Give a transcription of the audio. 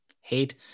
Hate